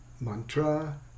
mantra